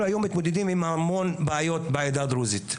אנחנו היום מתמודדים עם המון בעיות בעדה הדרוזית.